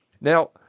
Now